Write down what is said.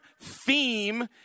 theme